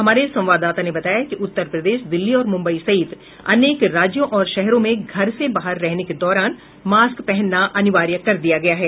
हमारे संवाददाता ने बताया है कि उत्तर प्रदेश दिल्ली और मुंबई सहित अनेक राज्यों और शहरों में घर से बाहर रहने के दौरान मास्क पहनना अनिवार्य कर दिया गया है